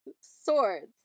Swords